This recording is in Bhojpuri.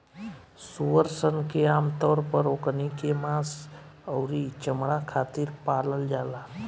सूअर सन के आमतौर पर ओकनी के मांस अउरी चमणा खातिर पालल जाला